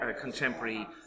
contemporary